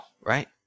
right